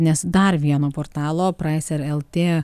nes dar vieno portalo praiser lt